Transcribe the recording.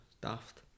daft